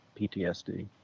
ptsd